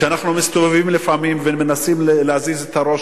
כשאנחנו מסתובבים לפעמים ומנסים להזיז את הראש,